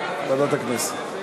זה כולל הצבעה, אוקיי?